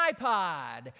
iPod